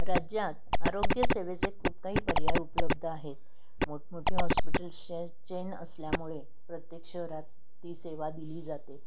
राज्यात आरोग्य सेवेचे खूप काही पर्याय उपलब्ध आहेत मोठमोठे हॉस्पिटल्सच्या चेन असल्यामुळे प्रत्येक शहरात ती सेवा दिली जाते